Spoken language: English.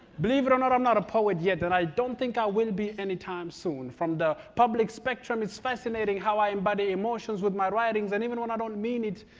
believe it or not, i'm not a poet yet, and i don't think i will be anytime soon. from the public spectrum, it's fascinating how i embody emotions with my writings. and even when i don't mean it,